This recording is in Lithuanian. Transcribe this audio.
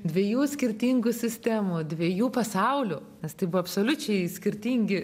dviejų skirtingų sistemų dviejų pasaulių nes tai buvo absoliučiai skirtingi